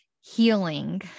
healing